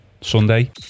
Sunday